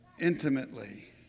intimately